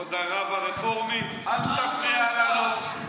כבוד הרב הרפורמי, אל תפריע לנו.